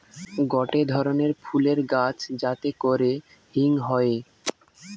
গটে ধরণের ফুলের গাছ যাতে করে হিং হয়ে